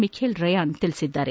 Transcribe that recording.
Michael Ryan ತಿಳಿಸಿದ್ದಾರೆ